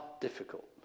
difficult